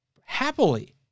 happily